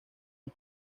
los